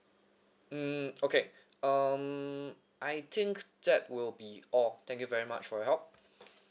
mm okay um I think that will be all thank you very much for your help